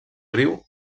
riu